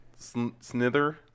Snither